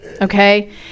okay